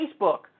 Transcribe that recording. Facebook